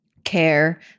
Care